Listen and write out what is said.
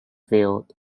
field